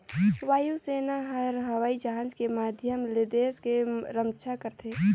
वायु सेना हर हवई जहाज के माधियम ले देस के रम्छा करथे